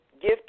give